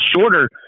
shorter